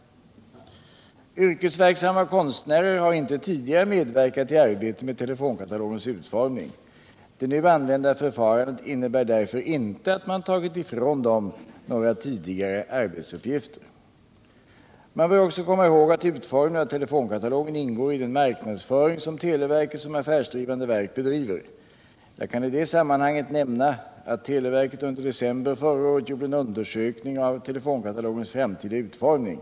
Yrkesverksamma konstnärer har inte tidigare medverkat i arbetet med telefonkatalogens utformning. Det nu använda förfarandet innebär därför inte att man tagit ifrån dem några tidigare arbetsuppgifter. Man bör också komma ihåg att utformningen av telefonkatalogen ingår i den marknadsföring som televerket som affärsdrivande verk bedriver. Jag kan i det sammanhanget nämna att televerket under december förra året gjorde en undersökning om telefonkatalogens framtida utformning.